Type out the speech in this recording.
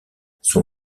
son